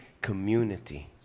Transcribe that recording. community